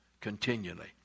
continually